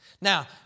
Now